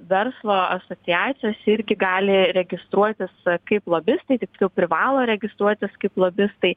verslo asociacijos irgi gali registruotis kaip lobistai tiksliau privalo registruotis kaip lobistai